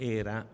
era